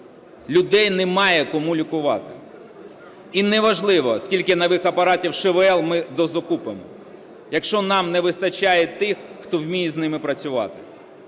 Людей немає кому лікувати. І не важливо скільки нових апаратів ШВЛ ми дозакупимо, якщо нам не вистачає тих, хто вміє з ними працювати.